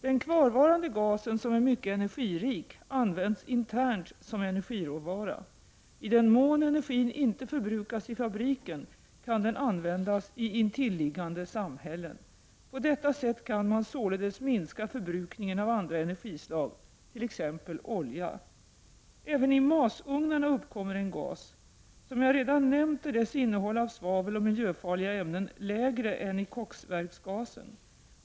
Den kvarvarande gasen, som är mycket energirik, används internt som energiråvara. I den mån energin inte förbrukas i fabriken kan den användas i intilliggande samhällen. På detta sätt kan man således minska förbrukningen av andra energislag, t.ex. olja. Även i masugnarna uppkommer en gas. Som jag redan nämnt är dess innehåll av svavel och miljöfarliga ämnen lägre än i koksverksgasen.